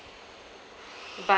but